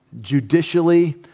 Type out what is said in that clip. judicially